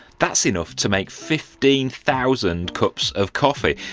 that's enough to make fifteen thousand cups of coffee,